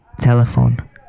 Telephone